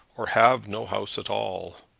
or have no house at all.